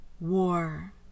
war